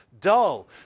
dull